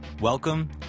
Welcome